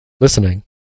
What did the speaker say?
listening